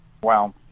Wow